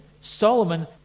solomon